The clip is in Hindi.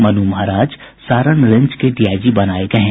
मनु महाराज सारण रेंज के डीआईजी बनाये गये हैं